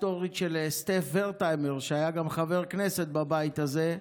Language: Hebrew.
ראשון הדוברים, חבר הכנסת ביטון.